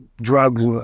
drugs